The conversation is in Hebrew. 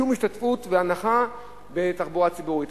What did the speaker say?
השתתפות והנחה בתחבורה הציבורית.